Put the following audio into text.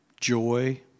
joy